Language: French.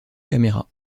caméra